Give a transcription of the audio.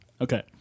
Okay